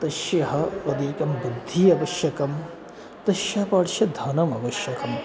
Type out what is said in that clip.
तस्य अधिका बुद्धिः आवश्यकी तस्य पार्श्वे धनम् आवश्यकं